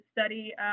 study